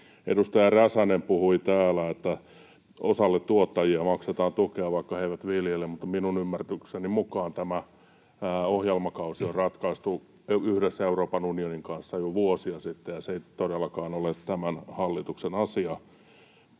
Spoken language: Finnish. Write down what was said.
Edustaja Räsänen puhui täällä, että osalle tuottajia maksetaan tukea, vaikka he eivät viljele, mutta minun ymmärrykseni mukaan tämä ohjelmakausi on ratkaistu yhdessä Euroopan unionin kanssa jo vuosia sitten, ja se ei todellakaan ole tämän hallituksen asia.